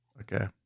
Okay